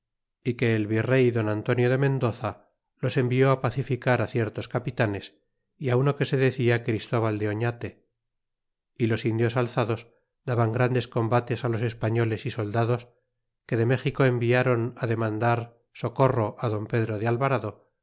y que el virrey don antonio de mendoza los envió pacificar ciertos capitanes y uno que se decia christoval de oñate y los indios alzados daban grandes combates los españoles y soldados que de méxico environ demandar socorro al don pedro de alvarado